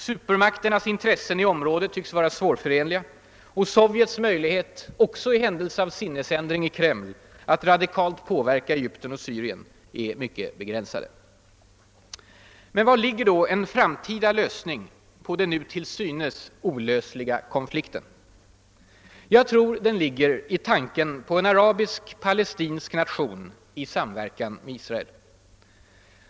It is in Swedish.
Supermakternas intressen i området tycks vara svårförenliga, och Sovjets möjligheter att — också i händelse av sinnesändring i Kreml — radikalt påverka Egypten och Syrien är begränsade. Men var ligger då en framtida lösning av den nu till synes olösliga konflikten? Jag tror den ligger i tanken på en arabisk-palestinsk nation i samverkan med Israel.